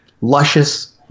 luscious